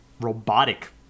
robotic